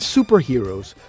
Superheroes